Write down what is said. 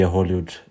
Hollywood